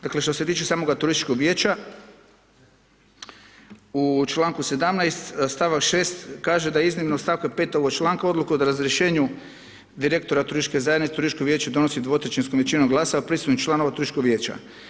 Dakle što se tiče samo turističkog vijeća, u članku 17. stavak 6. kaže da iznimno od stavka 5. ovog članka odluku o razrješenju direktora turističke zajednice, turističko vijeće donosi dvotrećinskom većinom glasova prisutnih članova turističkog vijeća.